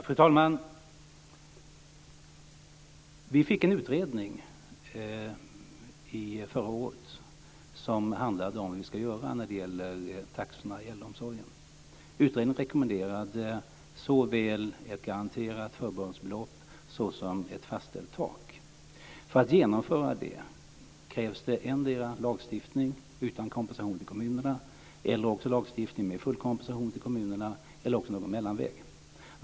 Fru talman! Vi fick en utredning förra året som handlade om hur vi ska göra när det gäller taxorna i äldreomsorgen. Utredningen rekommenderade såväl ett garanterat förbehållsbelopp som ett fastställt tak. För att genomföra det krävs endera lagstiftning utan kompensation till kommunerna eller lagstiftning med full kompensation till kommunerna, eller också någon mellanväg.